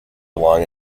along